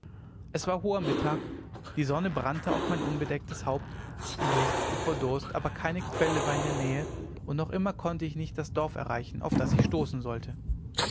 es war hoher mittag die sonne brannte auf mein unbedecktes haupt ich lechzte vor durst aber keine quelle war in der nähe und noch immer konnte ich nicht das dorf erreichen auf das ich stoßen sollte